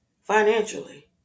financially